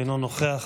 אינו נוכח,